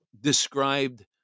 described